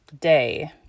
day